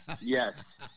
yes